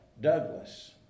Douglas